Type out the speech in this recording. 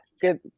Good